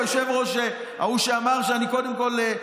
או היושב-ראש ההוא, שאמר שאני קודם כול,